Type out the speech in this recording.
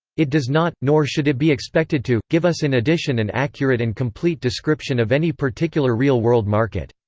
it does not nor should it be expected to give us in addition an and accurate and complete description of any particular real world market.